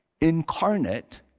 incarnate